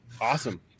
awesome